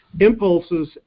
impulses